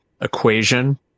equation